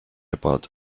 about